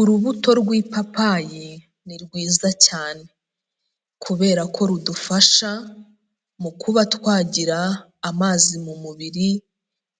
Urubuto rw'ipapayi ni rwiza cyane, kubera ko rudufasha mu kuba twagira amazi mu mubiri